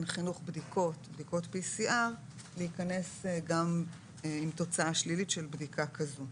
חינוך בדיקות PCR להיכנס גם עם תוצאה שלילית של בדיקה כזאת.